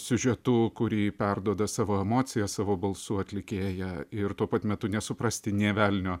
siužetu kurį perduoda savo emocija savo balsu atlikėja ir tuo pat metu nesuprasti nė velnio